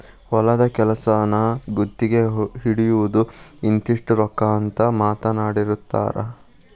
ಹೊಲದ ಕೆಲಸಾನ ಗುತಗಿ ಹಿಡಿಯುದು ಇಂತಿಷ್ಟ ರೊಕ್ಕಾ ಅಂತ ಮಾತಾಡಿರತಾರ